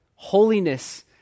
Holiness